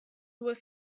were